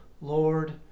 Lord